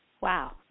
Wow